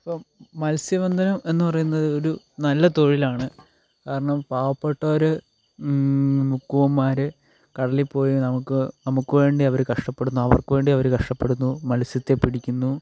ഇപ്പം മത്സ്യബന്ധനം എന്ന് പറയുന്നത് ഒരു നല്ല തൊഴിലാണ് കാരണം പാവപ്പെട്ട ഒരു മുക്കുവന്മാർ കടലിൽ പോയി നമുക്ക് നമുക്കുവേണ്ടി അവർ കഷ്ടപ്പെടുന്നു അവർക്കുവേണ്ടി അവർ കഷ്ടപ്പെടുന്നു മത്സ്യത്തെ പിടിക്കുന്നു